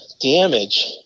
damage